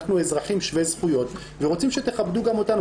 אנחנו אזרחים שווי זכויות ורוצים שתכבדו גם אותנו.